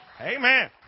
Amen